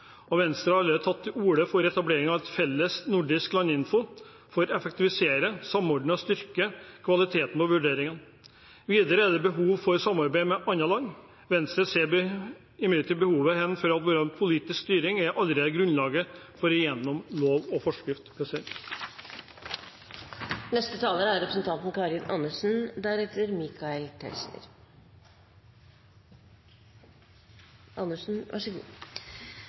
og Venstre har allerede tatt til orde for etablering av felles nordisk landinfo for å effektivisere, samordne og styrke kvaliteten på vurderingene. Videre er det behov for samarbeid med andre land. Venstre ser imidlertid behovet for at politisk styring skal skje gjennom lov og forskrift. Det er i kritiske situasjoner vi trenger prinsipper mest. Derfor er